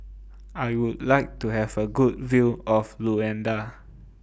I Would like to Have A Good View of Luanda